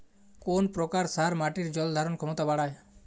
কোন প্রকার সার মাটির জল ধারণ ক্ষমতা বাড়ায়?